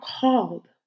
called